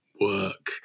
work